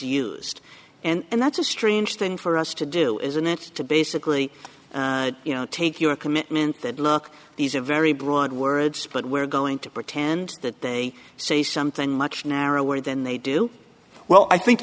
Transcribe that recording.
used and that's a strange thing for us to do isn't it to basically you know take your commitment that look these are very broad words but we're going to pretend that they say something much narrower than they do well i think